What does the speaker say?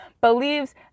believes